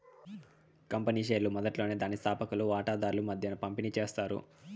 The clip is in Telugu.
కంపెనీ షేర్లు మొదట్లోనే దాని స్తాపకులు వాటాదార్ల మద్దేన పంపిణీ చేస్తారు